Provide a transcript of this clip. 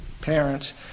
parents